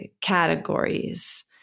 categories